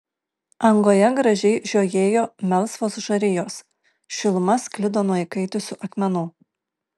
angoje gražiai žiojėjo melsvos žarijos šiluma sklido nuo įkaitusių akmenų